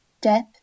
death